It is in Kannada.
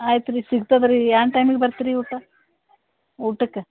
ಆಯ್ತು ರೀ ಸಿಗ್ತದೆ ರೀ ಏನ್ ಟೈಮಿಗೆ ಬರತ್ರಿ ಊಟ ಊಟಕ್ಕೆ